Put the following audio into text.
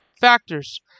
factors